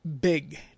big